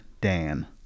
Dan